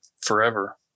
forever